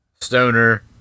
Stoner